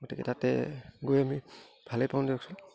গতিকে তাতে গৈ আমি ভালেই পাওঁ দিয়কচোন